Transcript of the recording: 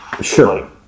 Sure